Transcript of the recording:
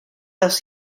dos